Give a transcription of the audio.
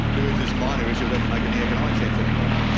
there is this minor issue it doesn't make any economic sense anymore.